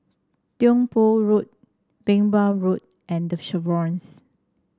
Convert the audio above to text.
Tiong Poh Road Merbau Road and The Chevrons